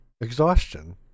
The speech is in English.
exhaustion